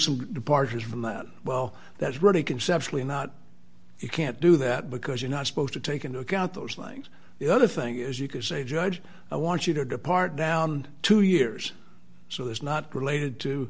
some departures from that well that's really conceptually not you can't do that because you're not supposed to take into account those langs the other thing is you could say judge i want you to depart down two years so it's not related to